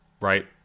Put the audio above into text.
right